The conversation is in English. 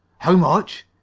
how much?